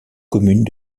communes